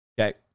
Okay